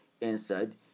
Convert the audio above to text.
inside